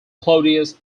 claudius